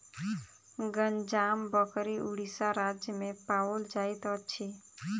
गंजाम बकरी उड़ीसा राज्य में पाओल जाइत अछि